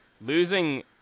Losing